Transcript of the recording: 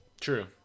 True